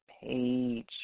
page